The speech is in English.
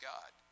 God